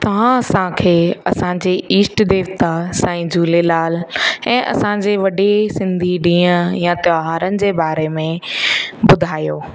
तव्हां असांखे असांजे ईष्ट देवता साईं झूलेलाल ऐं असांजे वॾे सिंधी ॾींहं या त्योहारनि जे बारे में ॿुधायो